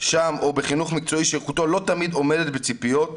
שם או בחינוך מקצועי שאיכותו לא תמיד עומדת בציפיות,